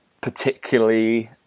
particularly